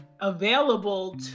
available